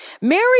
Mary